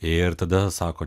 ir tada sako